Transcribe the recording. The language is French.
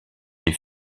des